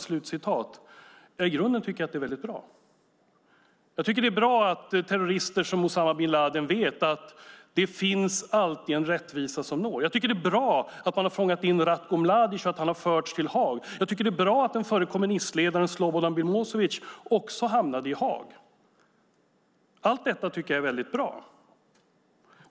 Det tycker jag i grunden är bra. Det är bra att terrorister som Usama bin Ladin vet att det alltid finns en rättvisa som når fram. Det är bra att Ratko Mladic har fångats in och förts till Haag. Det är bra att den förre kommunistledaren Slobodan Milosevic också hamnade i Haag. Allt detta är bra.